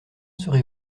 serez